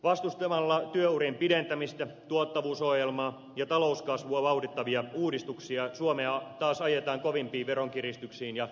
vastustamalla työurien pidentämistä tuottavuusohjelmaa ja talouskasvua vauhdittavia uudistuksia suomea taas ajetaan kovempiin veronkiristyksiin ja menosäästöihin